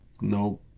no